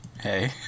Hey